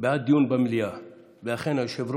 בעד דיון במליאה ואכן היושב-ראש,